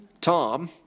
Tom